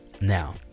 Now